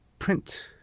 print